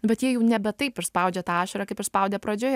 bet jie jau nebe taip ir spaudžia tą ašarą kaip ir spaudė pradžioje